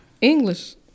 English